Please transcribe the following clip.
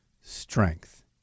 strength